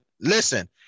listen